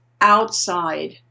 outside